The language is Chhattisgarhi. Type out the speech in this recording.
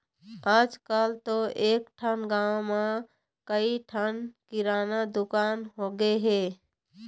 आजकल तो एकठन गाँव म कइ ठन किराना दुकान होगे हे